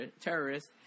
terrorists